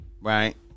Right